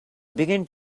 began